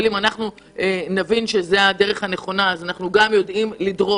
אבל אם נבין שזו הדרך הנכונה אז נדע לדרוש